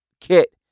kit